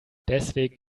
deswegen